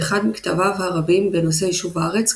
באחד מכתביו הרבים בנושא יישוב הארץ,